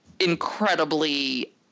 incredibly